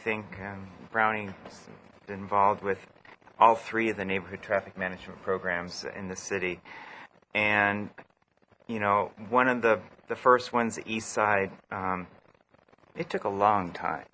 think browning involved with all three of the neighborhood traffic management programs in the city and you know one of the the first ones eastside it took a long time